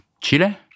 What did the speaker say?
Chile